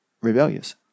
rebellious